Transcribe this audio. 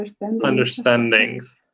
Understandings